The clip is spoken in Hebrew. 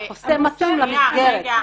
שהחוסה מתאים למסגרת.